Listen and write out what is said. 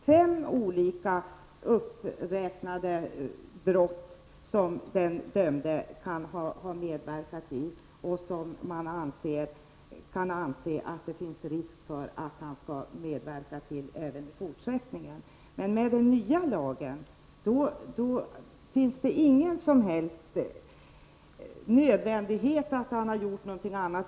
Fem olika brott räknas upp som den dömde kan ha medverkat till och som man kan anse att det finns risk för att han skall medverka till även i fortsättningen. I den nya lagen står det däremot ingenting alls om att det är nödvändigt att han har gjort någonting annat.